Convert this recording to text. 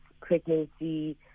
pregnancy